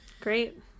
Great